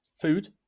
food